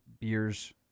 beers